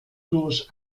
durch